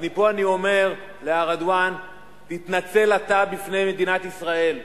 אז מפה אני אומר לארדואן: תתנצל אתה בפני מדינת ישראל,